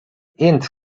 int